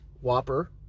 Whopper